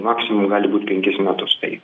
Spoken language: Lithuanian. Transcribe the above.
maksimum gali būt penkis metus tai